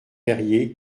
perrier